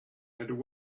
and